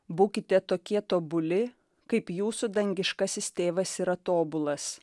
būkite tokie tobuli kaip jūsų dangiškasis tėvas yra tobulas